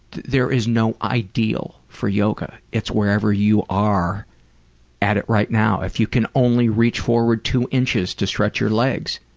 there is no ideal for yoga. it's wherever you are at it right now. if you can only reach forward two inches to stretch your legs,